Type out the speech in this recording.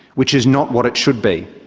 which is not what it should be.